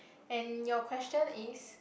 and your question is